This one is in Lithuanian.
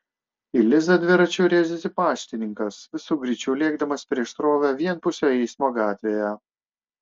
į lizą dviračiu rėžėsi paštininkas visu greičiu lėkdamas prieš srovę vienpusio eismo gatvėje